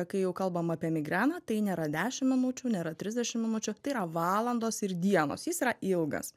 kai jau kalbam apie migreną tai nėra dešim minučių nėra trisdešim minučių tai yra valandos ir dienos jis yra ilgas